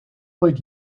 ooit